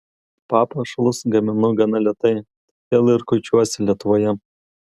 papuošalus gaminu gana lėtai todėl ir kuičiuosi lietuvoje